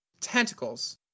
tentacles